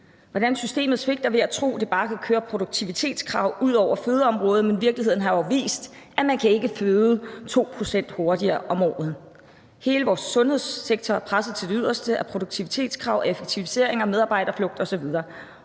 systemet svigter ved at tro, at vi bare kan køre produktivitetskrav ud over fødeområdet, men virkeligheden har jo vist, at man ikke kan føde 2 pct. hurtigere om året. Hele vores sundhedssektor er presset til det yderste af produktivitetskrav, effektiviseringer, medarbejderflugt osv.